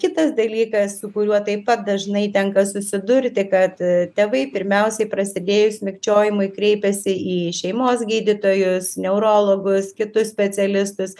kitas dalykas su kuriuo taip pat dažnai tenka susidurti kad tėvai pirmiausiai prasidėjus mikčiojimui kreipiasi į šeimos gydytojus neurologus kitus specialistus